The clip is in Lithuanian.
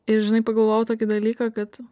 ir žinai pagalvojau tokį dalyką kad